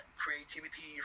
creativity